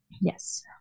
yes